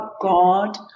God